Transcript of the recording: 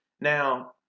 Now